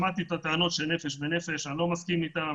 שמעתי את הטענות של "נפש בנפש" ואני לא מסכים אתם.